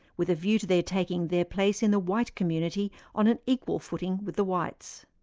with a view to their taking their place in the white community on an equal footing with the whites.